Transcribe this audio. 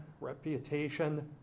reputation